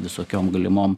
visokiom galimom